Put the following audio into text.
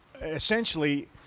essentially